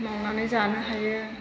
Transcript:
मावनानै जानो हायो